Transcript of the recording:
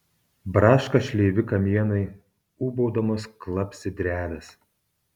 braška šleivi kamienai ūbaudamos klapsi drevės